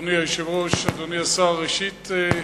אדוני היושב-ראש, אדוני השר, ראשית,